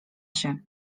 się